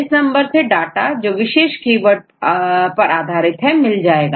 इस नंबर से डाटा जो विशेष कीवर्ड पर आधारित है मिल जाएगा